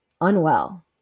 unwell